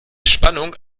spannung